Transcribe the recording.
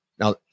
Now